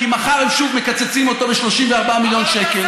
כי מחר הם שוב מקצצים אותו ב-34 מיליון שקל,